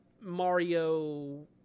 Mario